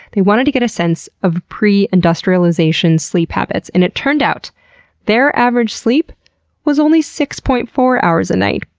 they wanted to get a sense of pre-industrialization sleep habits and it turned out their average sleep was only six point four hours a night,